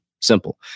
Simple